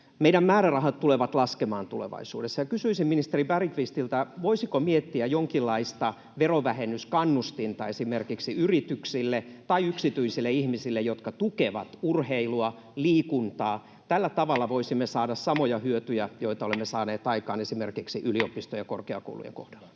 Meidän määrärahat tulevat laskemaan tulevaisuudessa, ja kysyisin ministeri Bergqvistilta: voisiko miettiä jonkinlaista verovähennyskannustinta esimerkiksi yrityksille tai yksityisille ihmisille, jotka tukevat urheilua ja liikuntaa? Tällä tavalla voisimme saada samoja hyötyjä, joita olemme saaneet aikaan esimerkiksi yliopistojen ja korkeakoulujen kohdalla.